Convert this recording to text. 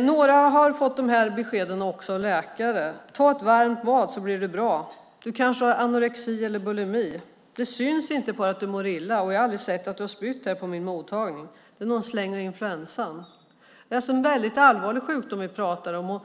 Några har också fått de här beskeden av läkare: Ta ett varmt bad så blir det bra. Du kanske har anorexi eller bulimi. Det syns inte på dig att du mår illa. Jag har aldrig sett att du har spytt här på min mottagning. Det är nog en släng av influensan. Det är en väldigt allvarlig sjukdom vi talar om.